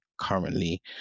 currently